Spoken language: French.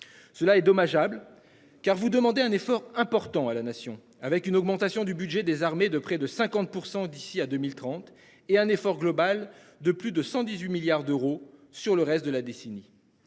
Cela est dommageable. Car vous demander un effort important à la nation, avec une augmentation du budget des armées de près de 50% d'ici à 2030 et un effort global de plus de 118 milliards d'euros sur le reste de la décennie